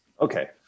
Okay